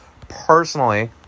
Personally